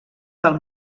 del